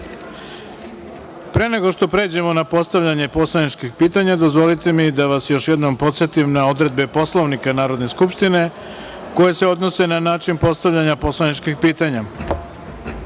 nego što pređemo na postavljanje poslaničkih pitanja, dozvolite mi da vas još jednom podsetim na odredbe Poslovnika Narodne skupštine, koje se odnose na način postavljanja poslaničkih